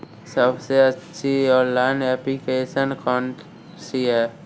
सबसे अच्छी online application कौन सी है?